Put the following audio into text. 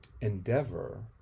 endeavor